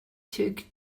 took